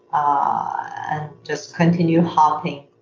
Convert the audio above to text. ah just continue hopping,